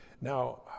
Now